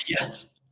Yes